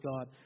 God